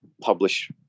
publish